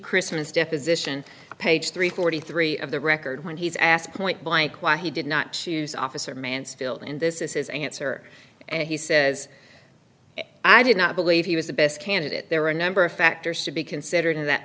christmas deposition page three forty three of the record when he's asked point blank why he did not choose officer mansfield and this is his answer and he says i did not believe he was the best candidate there are a number of factors to be considered in that